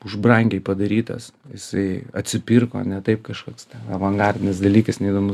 už brangiai padarytas jisai atsipirko ne taip kažkoks avangardinis dalykas neįdomus